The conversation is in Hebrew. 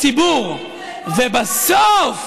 את הציבור, ובסוף,